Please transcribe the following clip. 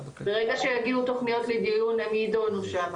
ברגע שיגיעו תוכניות לדיון הם יידונו שמה,